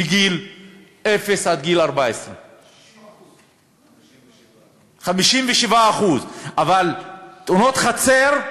מגיל אפס עד גיל 14. 60%. 57%. 57%. אבל תאונות חצר,